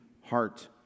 Heart